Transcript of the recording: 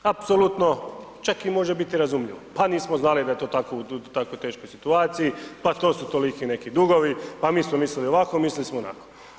Apsolutno čak i može biti razumljivo, pa nismo znali da je to tako u teškoj situaciji, pa to su toliki neki dugovi, pa mi smo mislili ovako, mislili smo onako.